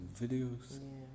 videos